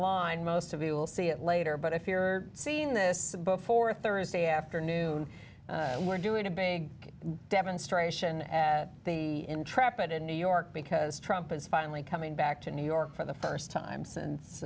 line most of you will see it later but if you're seeing this before thursday afternoon we're doing a big demonstration at the intrepid in new york because trump is finally coming back to new york for the st time since